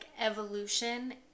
evolution